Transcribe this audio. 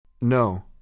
No